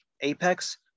Apex